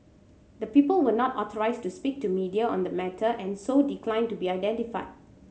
the people were not authorised to speak to media on the matter and so declined to be identified